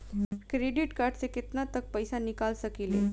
Credit card से केतना तक पइसा निकाल सकिले?